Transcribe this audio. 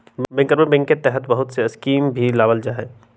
बैंकरवन बैंक के तहत बहुत से स्कीम के भी लावल जाहई